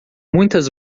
muitas